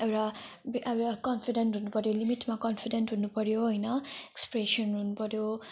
एउटा बे अब कन्फिडेन्ट हुनु पऱ्यो लिमिटमा कन्फिडेन्ट हुनु पऱ्यो होइन एक्सप्रेसन हुनु पऱ्यो